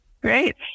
Great